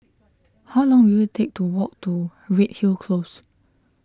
how long will it take to walk to Redhill Close